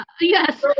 Yes